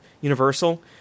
Universal